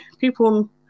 people